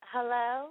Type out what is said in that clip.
Hello